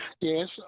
Yes